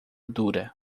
dura